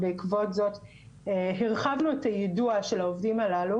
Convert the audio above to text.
ובעקבות זאת הרחבנו את היידוע של העובדים הללו